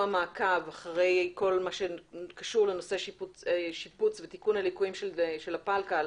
מעקב אחרי כל מה שקשור בשיפוץ ותיקון הליקויים של הפלקל,